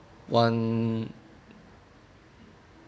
one